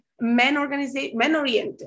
men-oriented